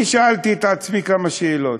אני שאלתי את עצמי כמה שאלות: